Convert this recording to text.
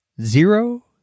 zero